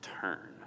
turn